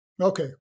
Okay